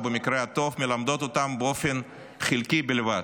ובמקרה הטוב מלמדות אותם באופן חלקי בלבד,